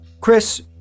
Chris